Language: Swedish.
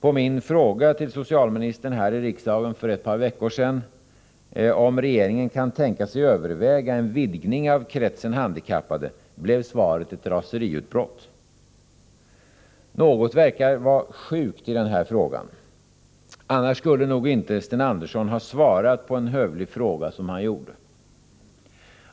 På min fråga till socialministern här i riksdagen för ett par veckor sedan, om regeringen kan tänka sig överväga en vidgning av kretsen handikappade, blev svaret ett raseriutbrott. Något verkar vara sjukt i den här frågan. Annars skulle nog inte Sten Andersson ha svarat på en hövlig fråga som han gjorde.